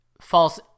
false